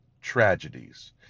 tragedies